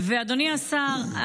ואדוני השר,